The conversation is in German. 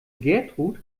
gertrud